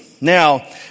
Now